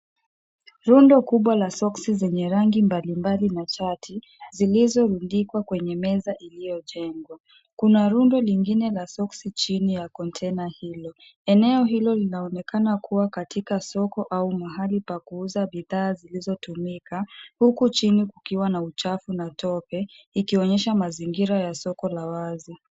Rundo kubwa la soksi zenye rangi mbalimbali na shati, zilizorundikwa kwenye meza iliyojengwa. Kuna rundo lingine la soksi chini ya kontena hilo. Eneo hilo linaonekana kuwa katika soko au mahali pa kuuza bidhaa zilizotumika, huku chini kukiwa na uchafu na tope, ikionyesha mazingira ya soko la wazi.